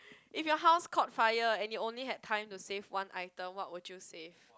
if your house caught fire and you only had time to save one item what would you save